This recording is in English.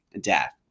death